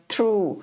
True